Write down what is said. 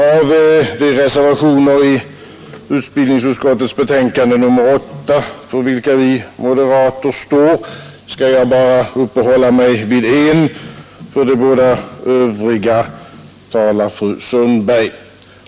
Av de reservationer i utbildningsutskottets betänkande nr 8 för vilka vi moderater står, skall jag bara uppehålla mig vid en; för de båda övriga talar fru Sundberg.